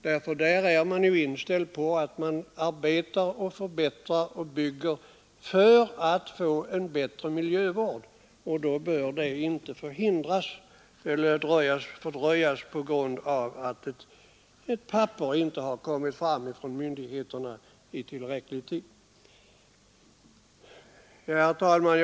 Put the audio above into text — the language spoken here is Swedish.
I de fallen är man ju inställd på att bygga om för att få bättre miljövård, och detta bör naturligtvis då inte fördröjas på grund av att ett papper från myndigheterna inte kommit fram i tillräcklig god tid. Herr talman!